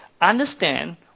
understand